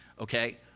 okay